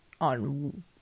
on